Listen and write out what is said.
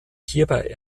hierbei